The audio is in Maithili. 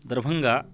दरभङ्गा